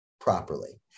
properly